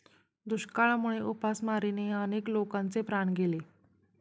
दुष्काळामुळे उपासमारीने अनेक लोकांचे प्राण गेले